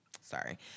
sorry